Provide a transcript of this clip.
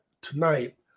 tonight